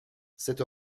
cette